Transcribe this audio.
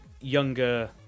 younger